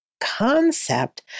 concept